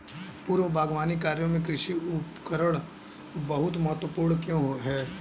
पूर्व बागवानी कार्यों में कृषि उपकरण बहुत महत्वपूर्ण क्यों है?